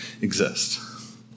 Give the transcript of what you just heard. exist